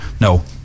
no